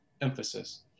emphasis